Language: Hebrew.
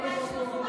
הערה אחת אפשרתי